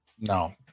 no